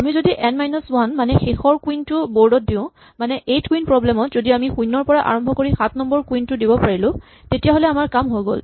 আমি যদি n minus one মানে শেষৰ কুইন টো বৰ্ড ত দিও মানে এইট কুইন প্ৰব্লেম ত যদি আমি শূণ্যৰ পৰা আৰম্ভ কৰি সাত নম্বৰ কুইন টো দিব পাৰিলো তেতিয়াহ'লে আমাৰ কাম হৈ গ'ল